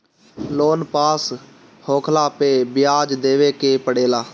loan pass होखला पअ बियाज देवे के पड़ेला